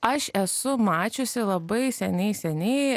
aš esu mačiusi labai seniai seniai